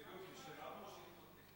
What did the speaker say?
היא שלנו או שהיא פרטית?